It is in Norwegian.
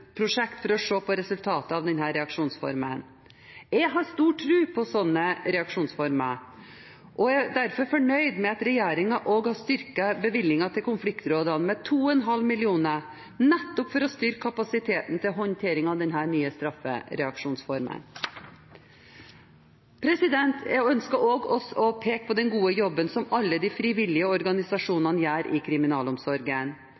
å se på resultatene av denne reaksjonsformen. Jeg har stor tro på sånne reaksjonsformer, og er derfor fornøyd med at regjeringen også har styrket bevilgningen til konfliktrådene med 2,5 mill. kr, nettopp for å styrke kapasiteten til håndteringen av denne nye straffereaksjonsformen. Jeg ønsker også å peke på den gode jobben som alle de frivillige organisasjonene gjør i kriminalomsorgen.